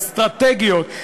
אסטרטגיות.